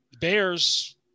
Bears